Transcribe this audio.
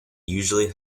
usually